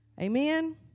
Amen